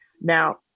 Now